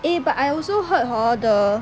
eh but I also heard hor the